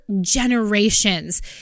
generations